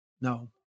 No